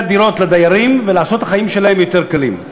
הדירות לדיירים ולעשות את החיים שלהם יותר קלים.